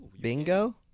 bingo